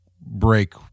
break